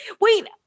Wait